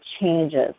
changes